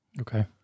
Okay